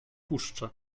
puszczę